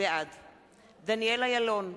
בעד דניאל אילון,